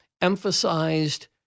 emphasized